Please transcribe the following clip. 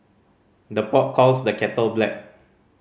the pot calls the kettle black